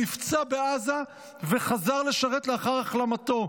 נפצע בעזה וחזר לשרת לאחר החלמתו.